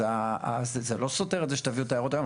אז זה לא סותר את זה שתביאו את ההערות היום.